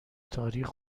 تاریخ